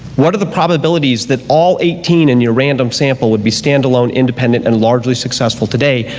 what are the probabilities that all eighteen in your random sample would be standalone, independent, and largely successful today,